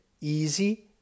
easy